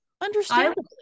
Understandably